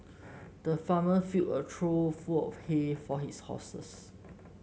the farmer filled a trough full of hay for his horses